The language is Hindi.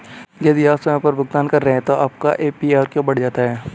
यदि आप समय पर भुगतान कर रहे हैं तो आपका ए.पी.आर क्यों बढ़ जाता है?